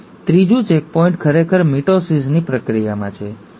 ત્રીજું ચેકપોઇન્ટ ખરેખર મિટોસિસની પ્રક્રિયામાં છે